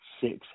six